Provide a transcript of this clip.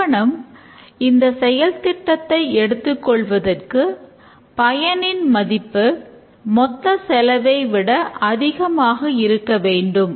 நிறுவனம் இந்த செயல் திட்டத்தை எடுத்துக் கொள்வதற்கு பயனின் மதிப்பு மொத்த செலவை விட அதிகமாக இருக்க வேண்டும்